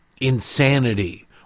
insanity